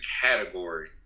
category